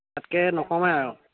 তাতকৈ নকমাই আৰু